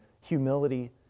humility